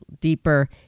deeper